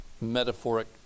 metaphoric